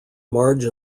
marge